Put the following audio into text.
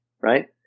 right